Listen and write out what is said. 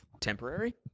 Temporary